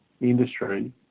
industry